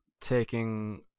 taking